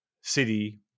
city